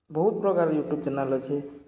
ବହୁତ୍ ପ୍ରକାର୍ YouTube channel ଅଛେ